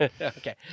okay